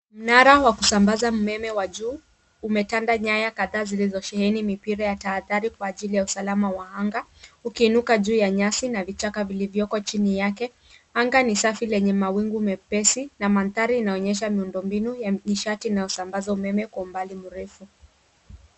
Mnara wa kusambaza umeme wa juu umetanda nyaya kadhaa zilizosheheni mipira ya tahadhari kwa ajili ya usalama wa anga ukiinuka juu ya nyasi na vichaka vilivyoko chini yake. Anga ni safi lenye mawingu mepesi na mandhari inaonyesha miundo mbinu ya nishati na usambaza umeme kwa umbali mrefu.